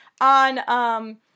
on